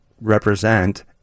represent